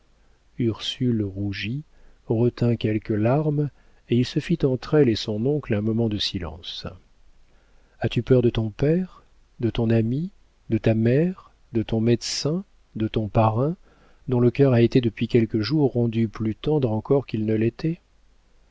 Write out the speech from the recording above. ursule rougit retint quelques larmes et il se fit entre elle et son oncle un moment de silence as-tu peur de ton père de ton ami de ta mère de ton médecin de ton parrain dont le cœur a été depuis quelques jours rendu plus tendre encore qu'il ne l'était